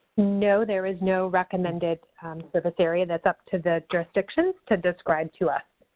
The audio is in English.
no, there is no recommended service area. that's up to the jurisdictions to describe to us.